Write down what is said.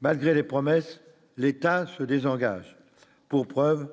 malgré les promesses, l'État se désengage pour preuve